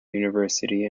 university